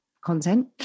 content